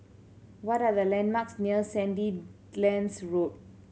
what are the landmarks near Sandilands Road